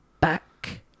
back